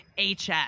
HS